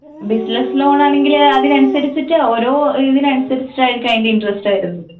business ലോണാണെങ്കില് അതിനനുസരിച്ചിട്ട് ഓരോ ഇതിനനുസരിച്ചിട്ട് ആയിരിക്കും അതിൻ്റെ ഇന്റെസ്റ്റ് വരുന്നത്